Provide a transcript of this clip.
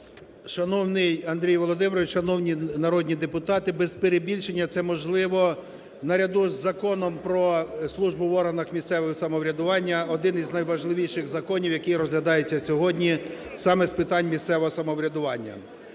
Шановний Андрій Володимирович, шановні народні депутати! Без перебільшення, це, можливо, на ряду з Законом про службу в органам місцевого самоврядування один із найважливіших законів, який розглядається сьогодні саме з питань місцевого самоврядування.